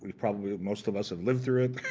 probably most of us have lived through it.